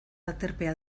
aterpea